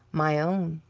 my own.